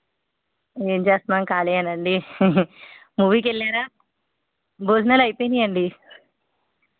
ఏం చేస్త్నాం ఖాళీయేనండి మూవీకి వెళ్ళారా భోజనాలు అయిపోనీయండి